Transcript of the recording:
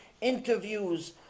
interviews